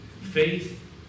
Faith